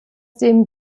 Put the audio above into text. dem